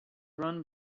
run